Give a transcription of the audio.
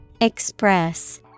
Express